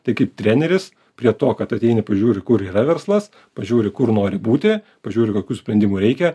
tai kaip treneris prie to kad ateini pažiūri kur yra verslas pažiūri kur nori būti pažiūri kokių sprendimų reikia